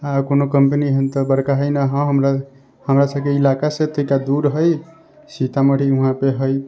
आ कोनो कम्पनी एहन तऽ बड़का है नहि हँ हमरा हमरा सबके इलाका से दूर है सीतामढ़ी उहाँ पे हय